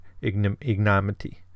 ignominy